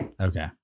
Okay